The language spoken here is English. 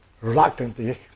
reluctantly